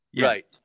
Right